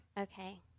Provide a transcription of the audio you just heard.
Okay